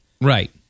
Right